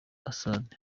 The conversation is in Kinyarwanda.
assad